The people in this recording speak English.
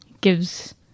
gives